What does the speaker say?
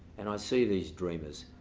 and i see these dreamers.